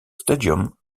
stadium